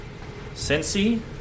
Cincy